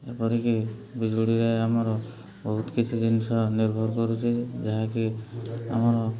ଏପରିକି ବିଜୁଳିରେ ଆମର ବହୁତ କିଛି ଜିନିଷ ନିର୍ଭର କରୁଛି ଯାହାକି ଆମର